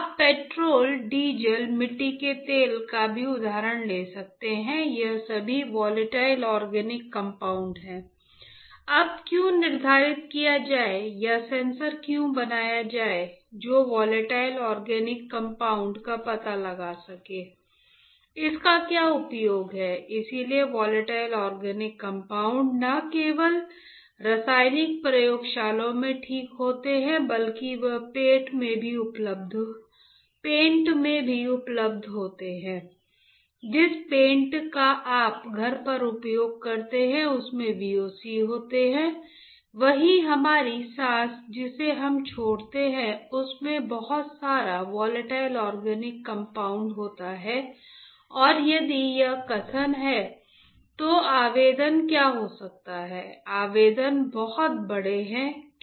आप petrol diesel मिट्टी के तेल का भी उदाहरण ले सकते हैं ये सभी वोलेटाइल ऑर्गेनिक कंपाउंड होते हैं और यदि वह कथन है तो आवेदन क्या हो सकता है आवेदन बहुत बड़े हैं कैसे